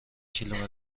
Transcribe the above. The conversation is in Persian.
کیلومتر